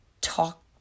talk